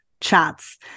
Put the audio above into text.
chats